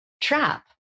trap